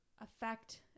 affect